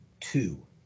two